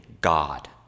God